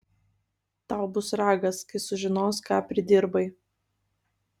tau bus ragas kai sužinos ką pridirbai